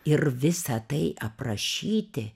ir visa tai aprašyti